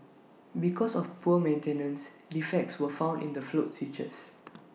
because of poor maintenance defects were found in the float switches